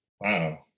Wow